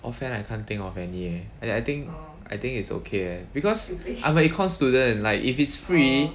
off hand I can't think of any eh I I think I think it's okay eh because I'm a econs student like if it's free